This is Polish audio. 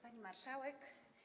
Pani Marszałek!